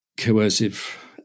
coercive